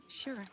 sure